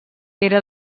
era